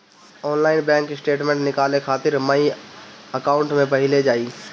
online bank statement निकाले खातिर my account पे पहिले जाए